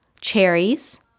cherries